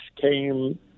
came